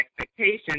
expectations